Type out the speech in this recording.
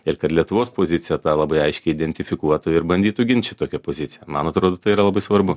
ir kad lietuvos pozicija tą labai aiškiai identifikuotų ir bandytų gint šitokią poziciją man atrodo yra labai svarbu